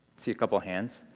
see a couple hands.